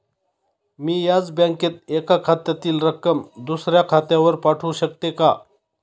मी याच बँकेत एका खात्यातील रक्कम दुसऱ्या खात्यावर पाठवू शकते का?